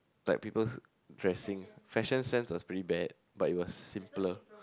like people's dressing fashion sense was pretty bad but it was simpler